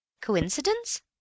Coincidence